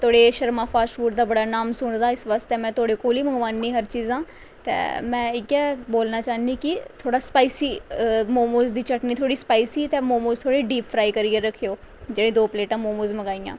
थोहाढ़े Sharma fast food दा बड़ा नांऽ सुने दा इस बास्तै थोहाढ़े कोलां गै मंगानी हर चीजां ते में इ'यै बोलना चाह्नी कि थोह्ड़ा स्पाइसी मोमोज दी चटनी थोह्ड़ी स्पाइसी ते मोमोज थोह्ड़े डिप फ्राई करियै रक्खेओ जेह्ड़े दो प्लेटां मोमोज मंगाइ'यां